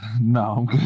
No